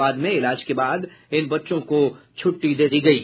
बाद में इलाज के बाद बच्चों को छुट्टी दे दी गयी